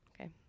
okay